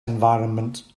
environment